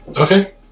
Okay